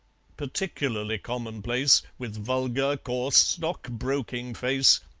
particularly commonplace, with vulgar, coarse, stockbroking face,